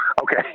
Okay